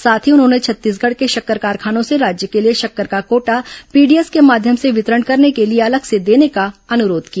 साथ ही उन्होंने छत्तीसगढ़ के शक्कर कारखानों से राज्य के लिए शक्कर का कोटा पीडीएस के माध्यम से वितरण करने के लिए अलग से देने का अनुरोध किया